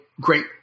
great